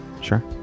sure